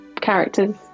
characters